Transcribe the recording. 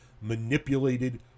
manipulated